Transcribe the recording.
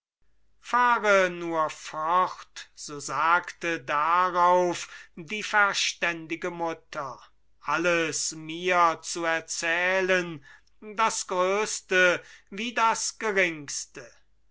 fahre nur fort so sagte darauf die verständige mutter alles mir zu erzählen das größte wie das geringste